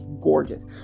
gorgeous